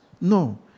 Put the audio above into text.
No